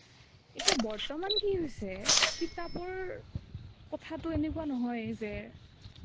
এতিয়া বৰ্তমান কি হৈছে কিতাপৰ কথাটো এনেকুৱা নহয় যে